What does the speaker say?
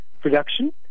production